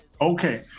okay